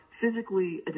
physically